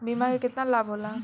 बीमा के केतना लाभ होला?